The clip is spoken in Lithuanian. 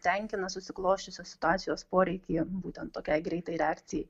tenkina susiklosčiusios situacijos poreikį būtent tokiai greitai reakcijai